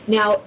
Now